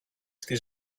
στη